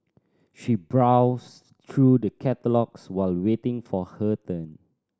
she browsed through the catalogues while waiting for her turn